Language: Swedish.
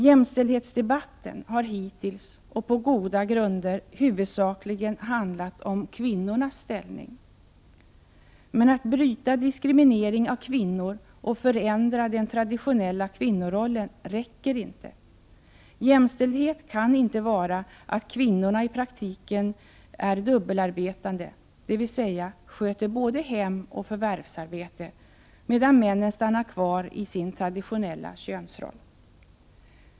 Jämställdhetsdebatten har hittills — och på goda grunder — huvudsakligen handlat om kvinnornas ställning. Men att bryta diskriminering av kvinnor och förändra den traditionella kvinnorollen räcker inte. Jämställdhet kan inte vara att kvinnorna i praktiken är dubbelarbetande, dvs. sköter både hem och förvärvsarbete, medan männen stannar kvar i sin traditionella könsroll.